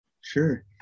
Sure